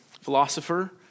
philosopher